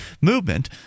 movement